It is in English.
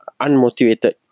unmotivated